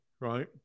right